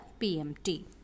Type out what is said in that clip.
PMT